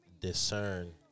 discern